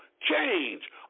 change